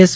S